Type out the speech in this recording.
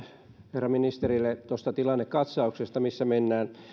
herra ministerille tuosta tilannekatsauksesta missä mennään